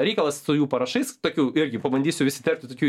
reikalas su jų parašais tokių irgi pabandysiu įsiterpti tokių